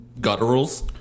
gutturals